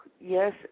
Yes